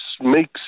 makes